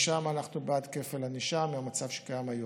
שם אנחנו בעד כפל ענישה מהמצב שקיים היום,